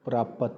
ਪ੍ਰਾਪਤ